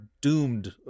doomed